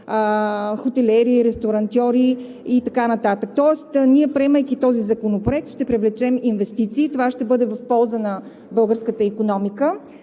хотелиери, ресторантьори и така нататък. Тоест, приемайки този законопроект, ще привлечем инвестиции. Това ще бъде в полза на българската икономика